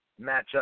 matchup